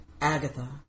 Agatha